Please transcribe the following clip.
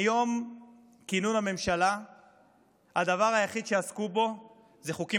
מיום כינון הממשלה הדבר היחיד שעסקו בו זה חוקים